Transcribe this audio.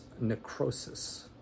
necrosis